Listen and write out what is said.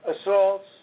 assaults